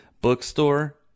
Bookstore